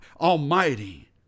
Almighty